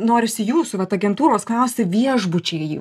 norisi jūsų vat agentūros klausti viešbučiai